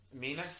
Mina